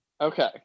Okay